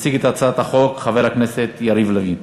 יציג את הצעת החוק חבר הכנסת יריב לוין.